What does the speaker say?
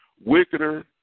wickeder